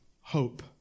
Hope